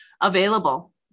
available